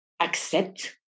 accept